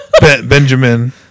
Benjamin